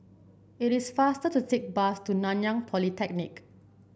it is faster to take the bus to Nanyang Polytechnic